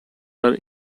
are